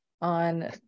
on